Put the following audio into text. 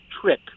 trick